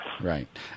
Right